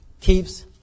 keeps